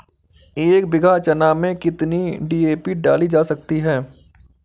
एक बीघा चना में कितनी डी.ए.पी डाली जा सकती है?